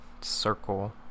circle